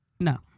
No